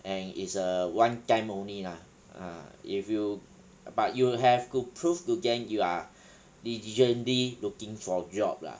and it's a one time only lah ah if you but you have to prove to them you are diligently looking for job lah